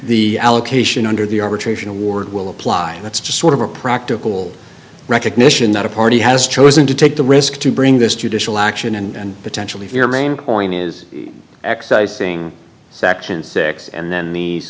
the allocation under the arbitration award will apply that's just sort of a practical recognition that a party has chosen to take the risk to bring this judicial action and potentially your main point is exercising section six and then the